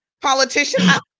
politician